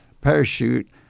parachute